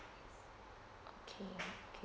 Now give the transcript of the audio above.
okay okay